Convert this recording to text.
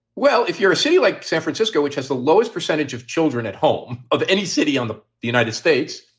well, if you're a city like san francisco, which has the lowest percentage of children at home of any city um in the united states,